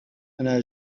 أنا